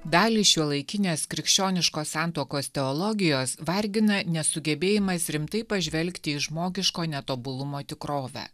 dalį šiuolaikinės krikščioniškos santuokos teologijos vargina nesugebėjimas rimtai pažvelgti į žmogiško netobulumo tikrovę